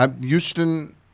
Houston